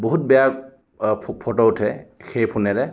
বহুত বেয়া ফটো উঠে সেই ফোনেৰে